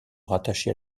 rattachés